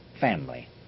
family